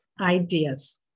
ideas